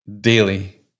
daily